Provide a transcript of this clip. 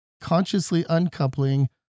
consciously-uncoupling